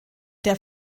der